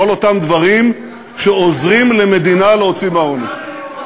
כל אותם דברים שעוזרים למדינה להוציא מהעוני.